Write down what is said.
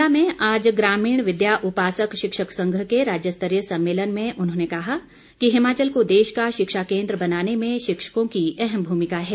शिमला में आज ग्रामीण विद्या उपासक शिक्षक संघ के राज्यस्तरीय सम्मेलन में उन्होंने कहा कि हिमाचल को देश का शिक्षा केन्द्र बनाने में शिक्षकों की अहम भूमिका है